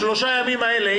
בשלושת הימים האלה,